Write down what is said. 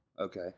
Okay